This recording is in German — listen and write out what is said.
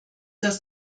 das